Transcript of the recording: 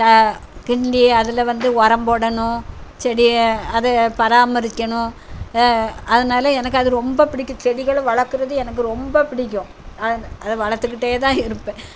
த கிண்டி அதில் வந்து உரம் போடணும் செடி அது பராமரிக்கணும் அதனால் எனக்கு அது ரொம்ப பிடிக்கும் செடிகளை வளர்க்குறது எனக்கு ரொம்ப பிடிக்கும் அதை அதை வளர்த்துக்கிட்டே தான் இருப்பேன்